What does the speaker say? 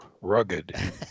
rugged